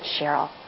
Cheryl